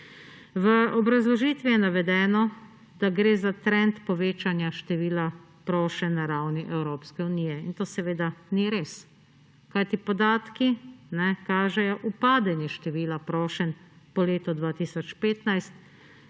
V obrazložitvi je navedeno, da gre za trend povečanja števila prošenj na ravni Evropske unije, in to seveda ni res, kajti podatki kažejo upadanje števila prošenj po letu 2015.